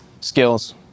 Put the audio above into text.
skills